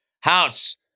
House